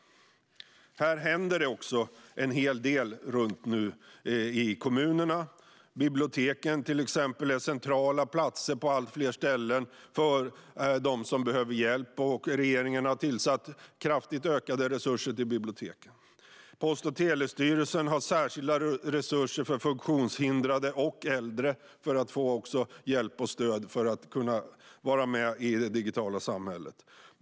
Det händer en hel del här runt om i kommunerna. Biblioteken är till exempel centrala platser på allt fler ställen för dem som behöver hjälp, och regeringen har tilldelat kraftigt ökade resurser till biblioteken. Post och telestyrelsen har särskilda resurser för funktionshindrade och äldre för att dessa ska få hjälp och stöd och kunna vara med i det digitala samhället.